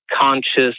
conscious